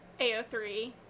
ao3